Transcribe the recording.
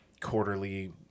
quarterly